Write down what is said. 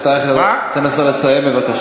אה, עכשיו הבנתי, הבנתי, עכשיו הבנתי.